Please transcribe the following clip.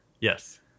Yes